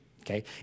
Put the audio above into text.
Okay